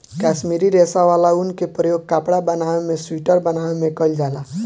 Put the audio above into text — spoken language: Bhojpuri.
काश्मीरी रेशा वाला ऊन के प्रयोग कपड़ा बनावे में सुइटर बनावे में कईल जाला